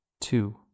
two